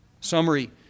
Summary